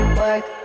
work